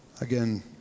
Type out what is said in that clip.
Again